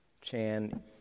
Chan